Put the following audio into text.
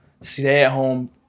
stay-at-home